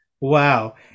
Wow